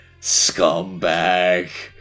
scumbag